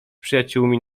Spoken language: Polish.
przyjaciółmi